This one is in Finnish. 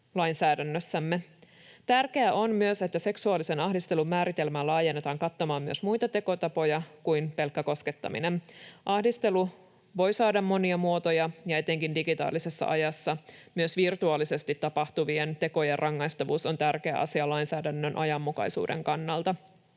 Tärkeää on myös, että seksuaalisen ahdistelun määritelmää laajennetaan kattamaan myös muita tekotapoja kuin pelkkä koskettaminen. Ahdistelu voi saada monia muotoja, ja etenkin digitaalisessa ajassa myös virtuaalisesti tapahtuvien tekojen rangaistavuus on tärkeä asia lainsäädännön ajanmukaisuuden kannalta.